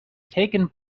taken